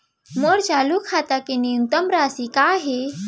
मोर चालू खाता के न्यूनतम राशि का हे?